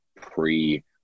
pre